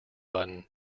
button